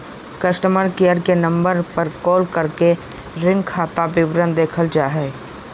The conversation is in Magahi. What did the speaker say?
कस्टमर केयर के नम्बर पर कॉल करके ऋण खाता विवरण देखल जा हय